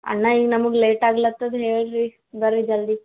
ಅಣ್ಣ ಈಗ ನಮ್ಗೆ ಲೇಟ್ ಆಗ್ಲತದೆ ಹೇಳ್ರೀ ಬರ್ರಿ ಜಲ್ದಿ